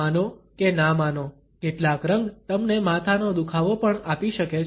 માનો કે ના માનો કેટલાક રંગ તમને માથાનો દુખાવો પણ આપી શકે છે